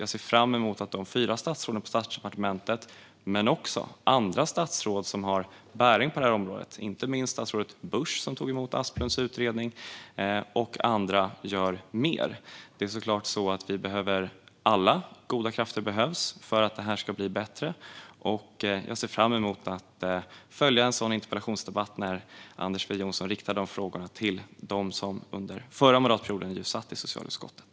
Jag ser fram emot att de fyra statsråden på Socialdepartementet, men också andra statsråd som har bäring på området, inte minst statsrådet Busch som tog emot Asplunds utredning, gör mer. Alla goda krafter behövs för att det här ska bli bättre, och jag ser fram emot att följa en interpellationsdebatt där Anders W Jonsson riktar frågorna till dem som under förra mandatperioden satt i socialutskottet.